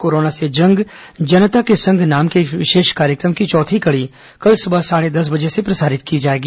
corona से जंग जनता के संग नाम के इस विशेष कार्यक्रम की चौथी कड़ी कल सुबह साढ़े दस बजे से प्रसारित की जाएगी